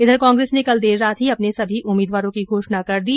इधर कांग्रेस ने कल देर रात ही अपने सभी उम्मीदवारों की घोषणा कर दी